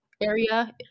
area